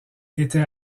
était